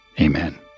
Amen